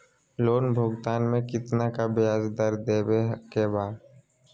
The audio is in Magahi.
लोन भुगतान में कितना का ब्याज दर देवें के बा?